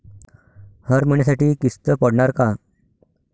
हर महिन्यासाठी किस्त पडनार का?